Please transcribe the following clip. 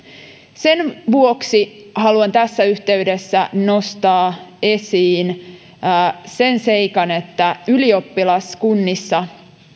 sen vuoksi haluan tässä yhteydessä nostaa esiin sen seikan että ylioppilaskunnissa